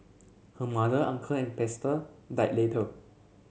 her mother uncle and pastor died later